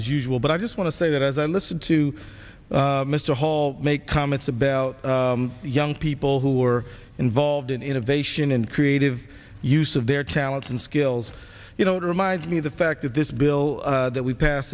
as usual but i just want to say that as i listen to mr hall make comments about young people who are involved in innovation and creative use of their talents and skills you don't remind me of the fact that this bill that we pass